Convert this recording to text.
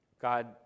God